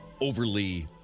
overly